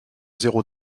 zéro